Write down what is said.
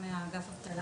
מהאגף אבטלה